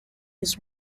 his